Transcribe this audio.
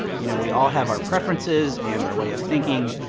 you know we all have our preferences, and our way of thinking,